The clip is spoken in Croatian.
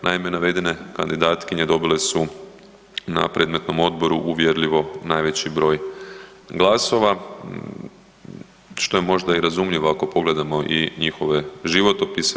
Naime, navedene kandidatkinje dobile su na predmetnom odboru uvjerljivo najveći broj glasova što je možda i razumljivo ako pogledamo i njihove životopise.